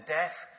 death